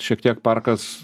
šiek tiek parkas